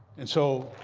and so